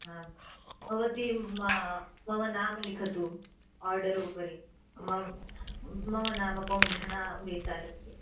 आं भवती मम मम नाम लिखतु आर्डर् उपरि मम मम नाम पौन्ष्णा बेताल् इति